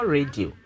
Radio